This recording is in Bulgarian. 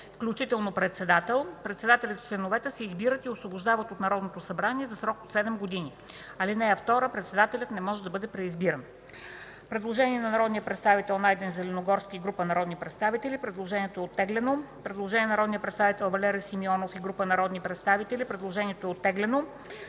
включително председател. Председателят и членовете се избират и освобождават от Народното събрание за срок от 7 години. (2) Председателят не може да бъде преизбиран.” Предложение на народния представител Найден Зеленогорски и група народни представители. Предложението е оттеглено. Предложение на народния представител Валери Симеонов и група народни представители. Предложението е оттеглено.